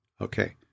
Okay